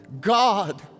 God